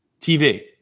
TV